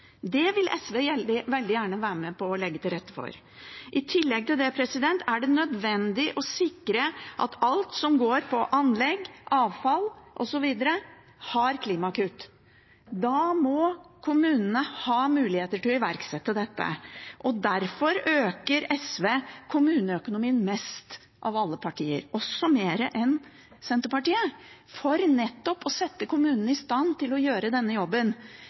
Det vil SV veldig gjerne være med på å legge til rette for. I tillegg er det nødvendig å sikre at alt som går på anlegg, avfall osv., har klimakutt. Da må kommunene ha muligheter til å iverksette dette. Derfor øker SV kommuneøkonomien mest av alle partier, også mer enn Senterpartiet, for nettopp å sette kommunene i stand til å gjøre denne jobben.